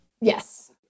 Yes